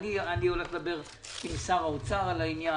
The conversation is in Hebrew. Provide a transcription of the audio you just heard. לדבר עם שר האוצר על העניין.